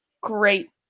great